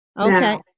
Okay